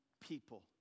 people